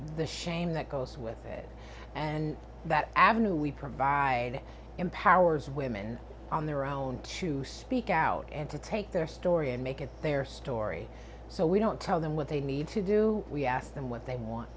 the shame that goes with it and that avenue we provide empowers women on their own to speak out and take their story and make it their story so we don't tell them what they need to do we ask them what they want